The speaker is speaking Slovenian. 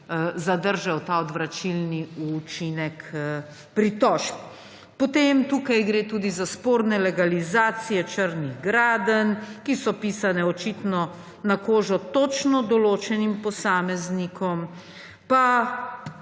zadržal ta odvračilni učinek pritožb. Potem tukaj gre tudi za sporne legalizacije črnih gradenj, ki so pisane očitno na kožo točno določenim posameznikom, pa